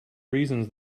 reasons